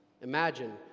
Imagine